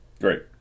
Great